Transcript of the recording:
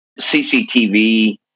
CCTV